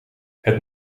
het